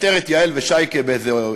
פיטר את יעל ושייקה בסמ"ס,